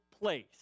place